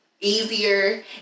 easier